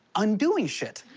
undoing shit.